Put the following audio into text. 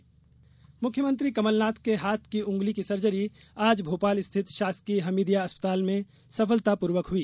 कमलनाथ अस्पताल मुख्यमंत्री कमलनाथ के हाथ की उंगली की सर्जरी आज भोपाल स्थित शासकीय हमीदिया अस्पताल में सफलता नवनीतक हई